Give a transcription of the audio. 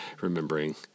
remembering